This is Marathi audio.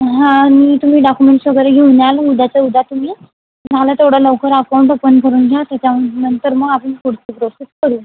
हा नीट तुम्ही डॉक्युमेंट्स वगैरे घेऊन याल उद्याच्या उद्या तुम्ही तुम्हाला तेवढं लवकर अकाऊंट ओपन करून घ्या त्याच्यानंतर मग आपण पुढची प्रोसेस करू